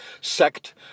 sect